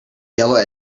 yellow